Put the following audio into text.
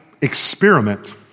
experiment